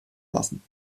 lassen